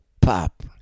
pop